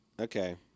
Okay